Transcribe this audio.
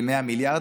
ל-100 מיליארד,